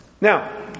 Now